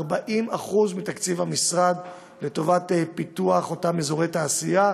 40% מתקציב המשרד לפיתוח אותם אזורי תעשייה.